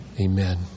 Amen